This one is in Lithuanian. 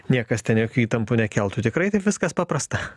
niekas ten jokių įtampų nekeltų tikrai taip viskas paprasta